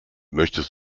möchtest